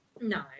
No